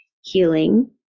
healing